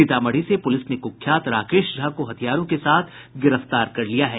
सीतामढ़ी से पुलिस ने कुख्यात राकेश झा को हथियारों के साथ गिरफ्तार कर लिया है